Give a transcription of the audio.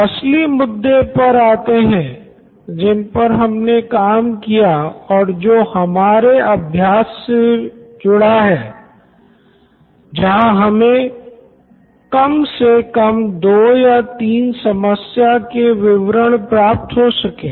तो असली मुद्दे पर आते हैं जिसपर हमने काम किया है और जो हमारे अभ्यास से जुड़ा है जहां हमे कम से कम दो या तीन समस्या के विवरण प्राप्त हो सके